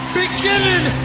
beginning